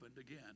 again